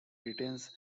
retains